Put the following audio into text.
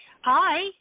hi